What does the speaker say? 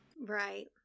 Right